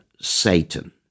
Satan